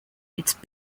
its